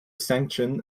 sanction